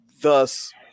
thus